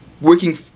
working